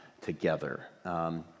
together